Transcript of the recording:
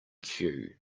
cue